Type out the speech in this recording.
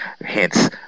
Hence